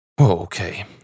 Okay